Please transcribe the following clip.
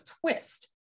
twist